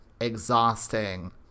exhausting